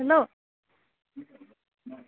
hello